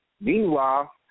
Meanwhile